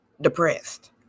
depressed